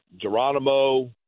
Geronimo